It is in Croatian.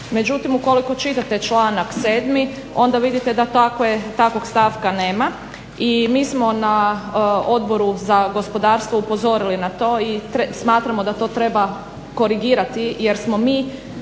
Međutim, ukoliko čitate članak 7. onda vidite da takvog stavka nema i mi smo na Odboru za gospodarstvu upozorili na to i smatramo da to treba korigirati jer smo mi